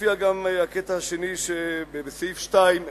מופיע גם הקטע השני שבסעיף 2,